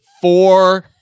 four